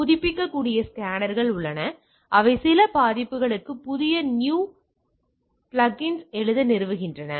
எனவே புதுப்பிக்கக்கூடிய ஸ்கேனர்கள் உள்ளன அவை சில பாதிப்புகளுக்கு புதிய நியூ பிளக்இன்ஸ் எழுத நிறுவுகின்றன